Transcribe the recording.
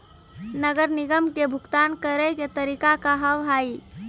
नगर निगम के भुगतान करे के तरीका का हाव हाई?